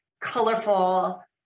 colorful